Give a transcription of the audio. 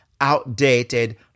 outdated